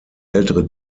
ältere